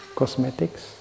cosmetics